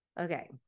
Okay